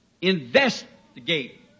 investigate